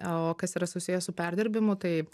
o kas yra susiję su perdirbimu tai